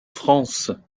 france